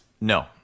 No